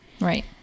Right